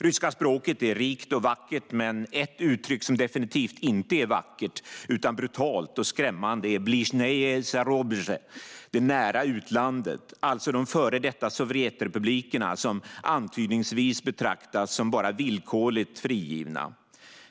Ryska språket är rikt och vackert, men ett uttryck som definitivt inte är vackert utan brutalt och skrämmande är b lizjneje zarubezje , det nära utlandet - alltså de före detta Sovjetrepublikerna, som antydningsvis betraktas som bara villkorligt frigivna.